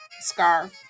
scarf